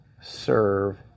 serve